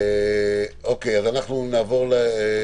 כן עוד מישהו רוצה לדבר.